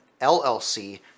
LLC